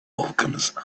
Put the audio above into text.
alchemist